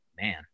man